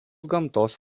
gamtos